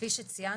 כפי שציינתי,